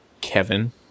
Kevin